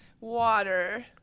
water